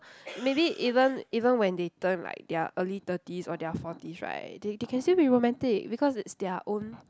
maybe even even when they turn like their early thirties or their forties right they they can still be romantic because it's their own